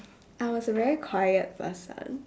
I was a very quiet person